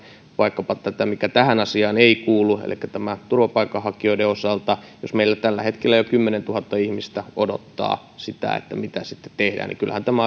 vaikkapa mikä tähän asiaan ei kuulu näiden turvapaikanhakijoiden osalta on se että jos meillä tällä hetkellä jo kymmenentuhatta ihmistä odottaa sitä mitä sitten tehdään niin kyllähän tämä